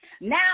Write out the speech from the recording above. Now